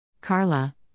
Carla